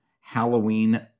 Halloween